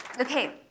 Okay